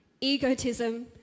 egotism